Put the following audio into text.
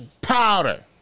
Powder